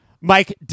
Mike